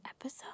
episode